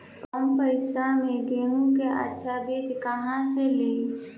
कम पैसा में गेहूं के अच्छा बिज कहवा से ली?